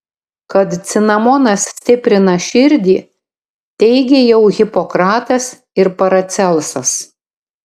kad cinamonas stiprina širdį teigė jau hipokratas ir paracelsas